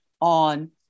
on